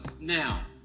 now